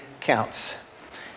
counts